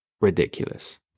ridiculous